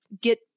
get